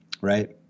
right